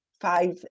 five